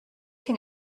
can